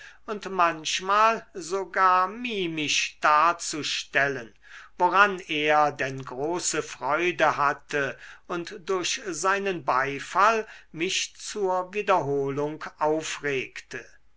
und manchmal sogar mimisch darzustellen woran er denn große freude hatte und durch seinen beifall mich zur wiederholung aufregte